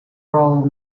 role